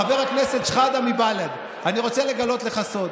חבר הכנסת שחאדה מבל"ד, אני רוצה לגלות לך סוד.